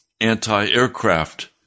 anti-aircraft